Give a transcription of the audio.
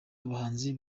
abahanzi